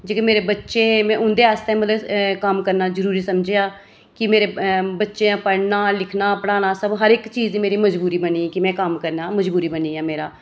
जेह्के मेरे बच्चे हे में मतलब उं'दे आस्तै मतलव कम्म करना जरुरी समझेआ कि मेरे बच्चें पढ़ना लिखना पढ़ाना हर इक्क चीज़ दी मेरी मजबूरी बनी कि में कम्म करना मजबूरी बनी गेआ मेरा